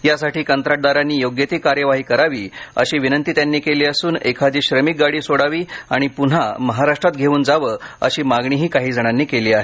यासाठी कंत्राटदारांनी योग्य ती कार्यवाही करावी अशी विनंती केली असून एखादी श्रमिक गाडी सोडावी आणि पुन्हा महाराष्ट्रात घेऊन जावं अशी मागणी काही जणांनी केली आहे